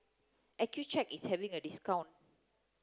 Accucheck is having a discount